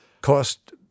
cost